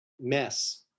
mess